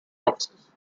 offices